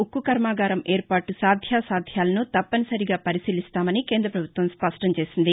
ఉక్కు కర్మాగారం ఏర్పాటు సాధ్యాసాధ్యాలను తవ్పనిసరిగా వరికీలిస్తామని కేంద్రద్వభుత్వం స్పష్టంచేసింది